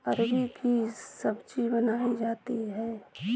अरबी की सब्जी बनायीं जाती है